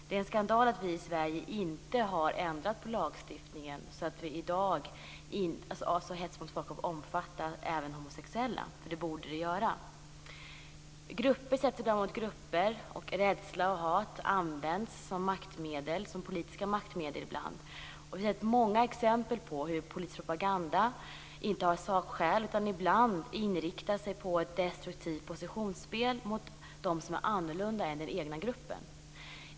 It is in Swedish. Det är en skandal att vi i Sverige inte har ändrat på lagstiftningen så att hets mot folkgrupp även omfattar homosexuella. Det borde det göra. Grupper sätts ibland mot grupper. Rädsla och hat används ibland som maktmedel, som politiska maktmedel. Vi har sett många exempel på hur politisk propaganda ibland inte baseras på sakskäl utan inriktar sig på ett destruktivt positionsspel mot dem som är annorlunda än den egna gruppen.